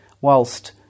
whilst